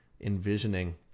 envisioning